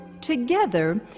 Together